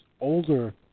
older